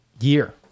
year